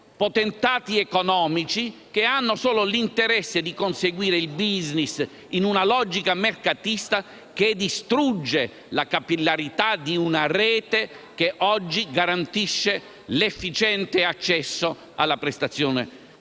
potentati economici, che hanno il solo interesse di conseguire il *business* in una logica mercatista che distrugge la capillarità di una rete che oggi garantisce l'efficiente accesso alla prestazione